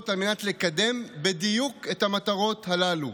על מנת לקדם בדיוק את המטרות הללו.